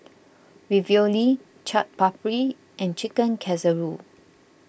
Ravioli Chaat Papri and Chicken Casserole